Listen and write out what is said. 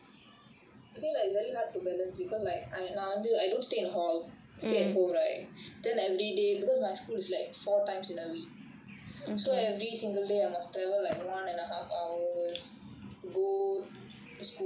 I feel like very hard to balance because like I நான் வந்து:naan vanthu I don't stay in hall stay at home right then everyday because my school is like four times in a week so every single day I must travel like one and a half hour to go o school and come back